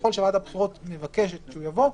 ככל שוועדת הבחירות מבקשת שהוא יבוא,